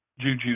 Juju